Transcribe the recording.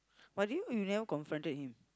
but you you never confronted him